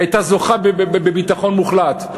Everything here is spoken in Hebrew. והיא הייתה זוכה בביטחון מוחלט,